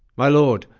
my lord,